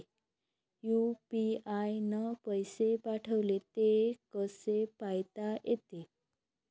UPI न पैसे पाठवले, ते कसे पायता येते?